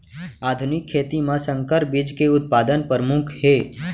आधुनिक खेती मा संकर बीज के उत्पादन परमुख हे